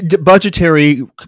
budgetary